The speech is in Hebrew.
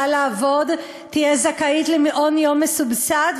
לעבוד תהיה זכאית למעון-יום מסובסד,